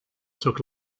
took